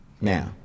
Now